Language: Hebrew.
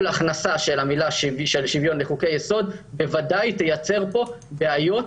כל הכנסה של השוויון לחוקי היסוד תיצור בעיות